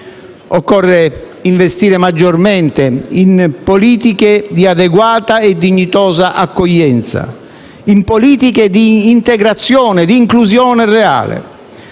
occorre investire maggiormente in politiche di adeguata e dignitosa accoglienza, di integrazione, di inclusione reale.